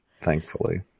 Thankfully